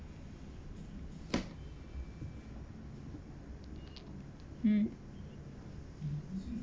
mm